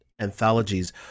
anthologies